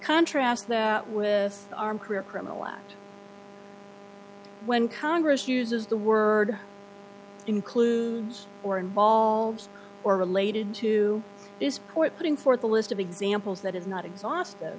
contrast that with the arm career criminal act when congress uses the word includes or involves or related to this point putting forth a list of examples that is not exhaust